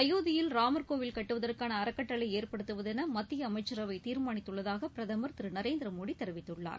அயோத்தியில் ராமர்கோவில் கட்டுவதற்கான அறக்கட்டளை ஏற்படுத்துவதென மத்திய அமைச்சரவை தீர்மானித்துள்ளதாக பிரதமர் திரு நரேந்திரமோடி தெரிவித்துள்ளார்